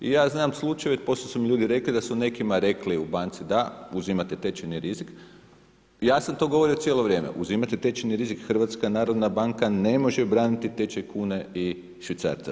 I ja znam slučajeve, poslije su mi ljudi rekli da su nekima rekli u banci da uzimaju tečajni rizik, ja sam to govorio cijelo vrijeme, uzimajte tečajni rizik, HNB ne može braniti tečaj kune i švicarca.